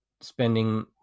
spending